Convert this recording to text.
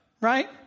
Right